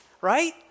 right